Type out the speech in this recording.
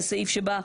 זה סעיף שבא,